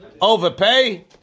Overpay